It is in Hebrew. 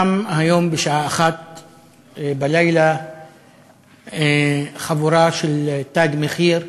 שם היום בשעה 01:00 חבורה של "תג מחיר"